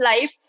life